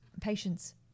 patience